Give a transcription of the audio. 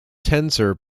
tensor